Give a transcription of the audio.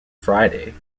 friday